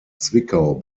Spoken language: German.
zwickau